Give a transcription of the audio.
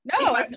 No